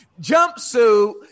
jumpsuit